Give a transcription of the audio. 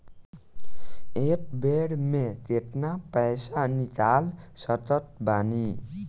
एक बेर मे केतना पैसा निकाल सकत बानी?